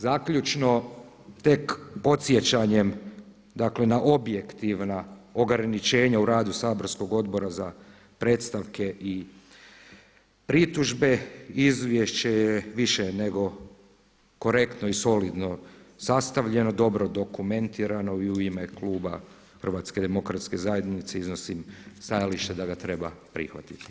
Zaključno, tek podsjećanjem dakle na objektivna ograničenja u radu saborskog Odbora za predstavke i pritužbe, izvješće je više nego korektno i solidno sastavljeno, dobro dokumentirano i u ime kluba HDZ-a iznosim stajalište da ga treba prihvatiti.